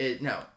No